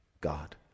God